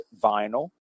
vinyl